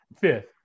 fifth